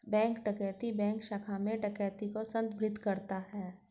bank डकैती bank शाखा में डकैती को संदर्भित करता है